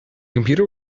computer